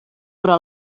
però